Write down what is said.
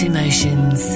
Emotions